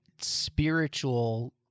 spiritual